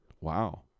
Wow